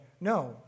No